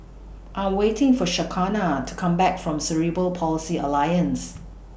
I Am waiting For Shaquana to Come Back from Cerebral Palsy Alliance